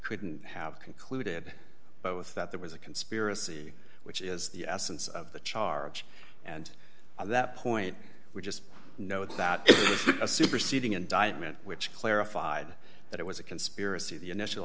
couldn't have concluded both that there was a conspiracy which is the essence of the charge and on that point we just know that that is a superseding indictment which clarified that it was a conspiracy the initial